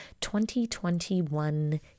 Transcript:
2021